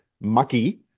mucky